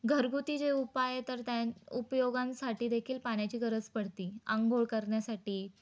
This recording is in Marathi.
घरगुती जे उपाय तर त्या उपयोगांसाठी देेखील पाण्याची गरज पडती आंघोळ करन्यासाठी